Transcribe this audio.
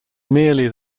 merely